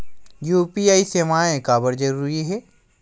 UPI सेवाएं काबर जरूरी हे?